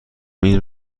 این